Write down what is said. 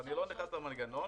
אני לא נכנס למנגנון.